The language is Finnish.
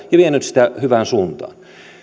ja vienyt sitä hyvään suuntaan